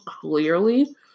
clearly